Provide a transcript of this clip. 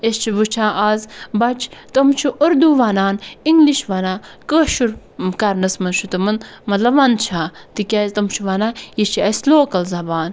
أسۍ چھِ وٕچھان آز بَچہٕ تِم چھِ اردو وَنان اِنٛگلِش وَنان کٲشُر کَرنَس مَنٛز چھُ تِمَن مَطلَب مَنٛدچھان تِکیٛاز تِم چھِ وَنان یہِ چھِ اَسہِ لوکَل زَبان